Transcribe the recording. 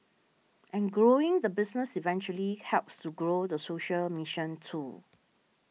and growing the business eventually helps to grow the social mission too